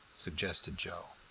suggested joe.